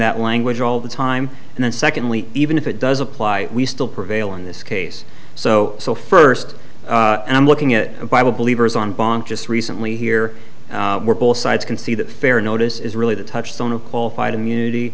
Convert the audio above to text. that language all the time and then secondly even if it does apply we still prevail in this case so so first and looking at the bible believers on bond just recently here were both sides can see that fair notice is really the touchstone of qualified immunity